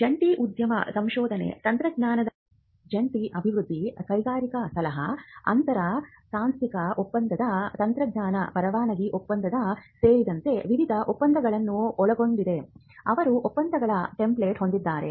ಜಂಟಿ ಉದ್ಯಮ ಸಂಶೋಧನೆ ತಂತ್ರಜ್ಞಾನದ ಜಂಟಿ ಅಭಿವೃದ್ಧಿ ಕೈಗಾರಿಕಾ ಸಲಹಾ ಅಂತರ ಸಾಂಸ್ಥಿಕ ಒಪ್ಪಂದ ತಂತ್ರಜ್ಞಾನ ಪರವಾನಗಿ ಒಪ್ಪಂದ ಸೇರಿದಂತೆ ವಿವಿಧ ಒಪ್ಪಂದಗಳನ್ನು ಒಳಗೊಂಡಂತೆ ಅವರು ಒಪ್ಪಂದಗಳ ಟೆಂಪ್ಲೆಟ್ಗಳನ್ನು ಹೊಂದಿದ್ದಾರೆ